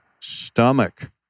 stomach